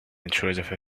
intrusive